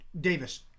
Davis